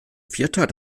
vierter